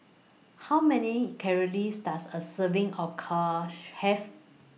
How Many Calories Does A Serving of Cush Have